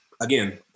again